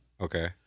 Okay